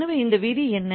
எனவே இந்த விதி என்ன